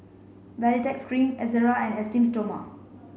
Baritex cream Ezerra and Esteem Stoma